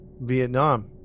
Vietnam